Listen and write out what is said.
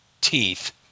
teeth